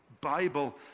Bible